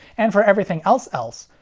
and for everything else else,